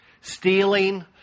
stealing